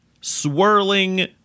swirling